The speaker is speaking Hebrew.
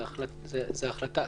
זו החלטה.